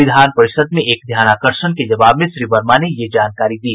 विधान परिषद में एक ध्यानाकर्षण के जवाब में श्री वर्मा ने ये जानकारी दी